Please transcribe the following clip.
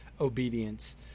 obedience